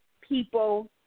people